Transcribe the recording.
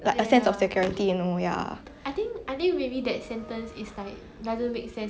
mm mm mm